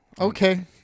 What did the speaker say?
okay